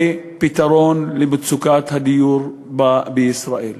פתרון למצוקת הדיור בישראל.